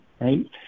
right